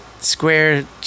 square